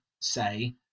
say